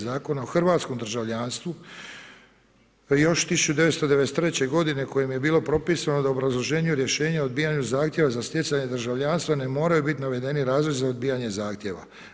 Zakona o hrvatskom državljanstvu još 1993. godine kojim je bilo propisano da obrazloženju rješenja u odbijanju zahtjeva za stjecanje državljanstva ne moraju biti navedeni razlozi za odbijanje zahtjeva.